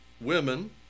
women